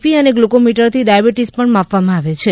પી અને ગ્લુકોમીટરથી ડાયાબીટીસ પણ માપવામાં આવે છે